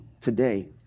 today